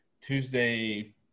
Tuesday